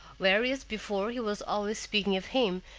whereas before he was always speaking of him,